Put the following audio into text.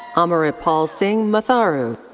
amaritpal singh matharu.